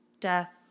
Death